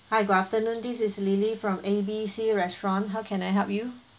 hi good afternoon this is lily from A B C restaurant how can I help you